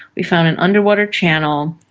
we found an underwater channel,